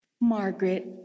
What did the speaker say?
Margaret